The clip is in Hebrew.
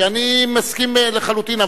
שאני מסכים לחלוטין,